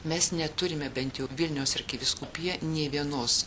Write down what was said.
mes neturime bent jau vilniaus arkivyskupija nė vienos